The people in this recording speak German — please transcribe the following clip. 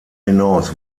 hinaus